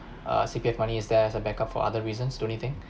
uh C_P_F money is there as a backup for other reasons don't you think